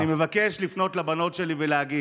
סימון דוידסון (יש עתיד): אני מבקש לפנות לבנות שלי ולהגיד: